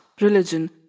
religion